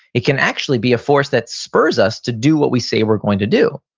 it can actually be a force that spurs us to do what we say we're going to do.